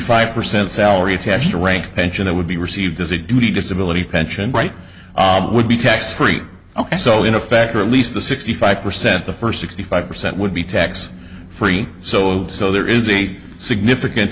five percent salary attached rank pension that would be received as a duty disability pension right would be tax free ok so in effect or at least the sixty five percent the first sixty five percent would be tax free so so there is a significant